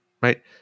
Right